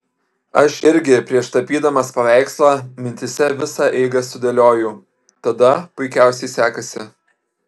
aš irgi prieš tapydamas paveikslą mintyse visą eigą sudėlioju tada puikiausiai sekasi